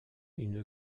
une